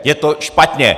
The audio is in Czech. Je to špatně!